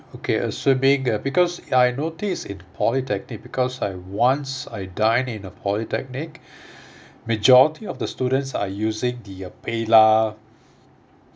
okay assuming uh because I noticed in polytechnic because I once I dine in a polytechnic majority of the students are using the paylah